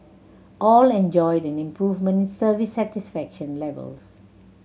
all enjoyed an improvement in service satisfaction levels